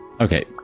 okay